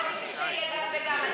לא בשביל שיהיה גם וגם,